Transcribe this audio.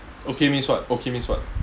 okay means what okay means what